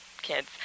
kids